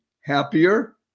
happier